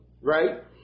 right